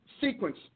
sequence